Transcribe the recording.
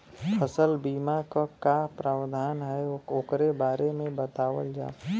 फसल बीमा क का प्रावधान हैं वोकरे बारे में बतावल जा?